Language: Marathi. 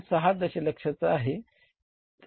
6 दशलक्षाचा आहे